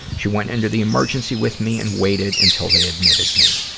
she went into the emergency with me and waited until the admitted me.